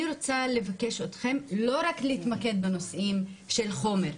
אני רוצה לבקש מכם לא להתמקד רק בנושאים של חומר,